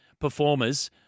performers